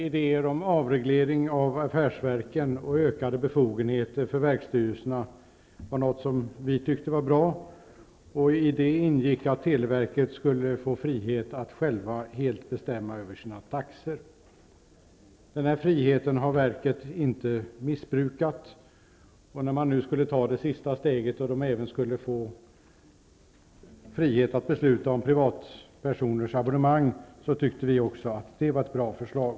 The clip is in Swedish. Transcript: Idéerna om en avreglering av affärsverken och om ökade befogenheter för verksstyrelserna tyckte vi var bra. Däri ingick att televerket skulle få frihet att självt helt bestämma över sina taxor. Denna frihet har verket inte missbrukat. När det sista steget skulle tas och man även skulle få frihet att besluta om privatpersoners abonnemang tyckte vi att det också här handlade om ett bra förslag.